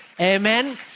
Amen